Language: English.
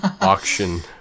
auction